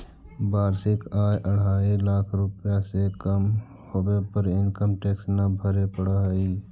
वार्षिक आय अढ़ाई लाख रुपए से कम होवे पर इनकम टैक्स न भरे पड़ऽ हई